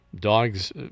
dogs